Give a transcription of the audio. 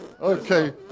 Okay